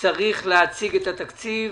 צריך להציג את התקציב.